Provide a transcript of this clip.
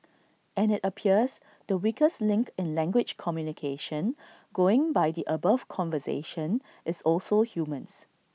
and IT appears the weakest link in language communication going by the above conversation is also humans